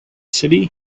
city